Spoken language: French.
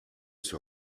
sur